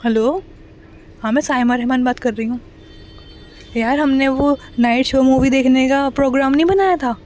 hello ہاں میں سائمار احمٰان بات کر رہی ہوں یار ہم نے وہ نائٹ شو مووی دیکھنے کا پروگرام نہیں بنایا تھا